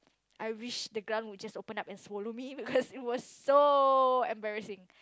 I wish the ground will just open up and swallow me because it was so embarrassing